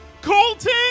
Colton